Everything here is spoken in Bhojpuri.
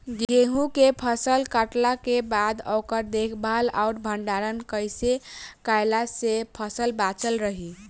गेंहू के फसल कटला के बाद ओकर देखभाल आउर भंडारण कइसे कैला से फसल बाचल रही?